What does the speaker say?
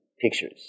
pictures